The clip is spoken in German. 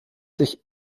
sich